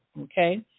okay